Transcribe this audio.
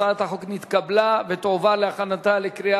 הצעת החוק נתקבלה ותועבר להכנתה לקריאה